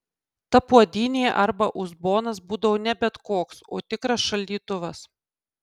ta puodynė arba uzbonas būdavo ne bet koks o tikras šaldytuvas